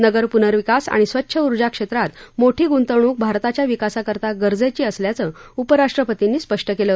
नगर पुनर्विकास आणि स्वच्छ उर्जाक्षेत्रात मोठी गुंतवणूक भारताच्या विकासाकरता गरजेची असल्याचं उपराष्ट्रपतींनी स्पष्ट केलं